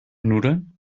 nudeln